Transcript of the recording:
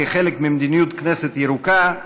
כחלק ממדיניות כנסת ירוקה,